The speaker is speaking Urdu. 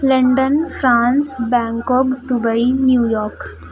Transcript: London France Bangkok Dubai New York